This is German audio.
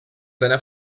seiner